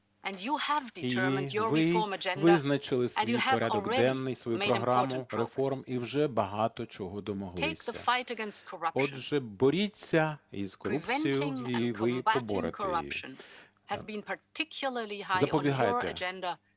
І ви визначили свій порядок денний, свою програму реформ і вже багато чого домоглися. Отже, боріться із корупцією і ви поборете її. Запобігайте